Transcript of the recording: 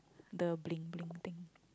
the bling bling thing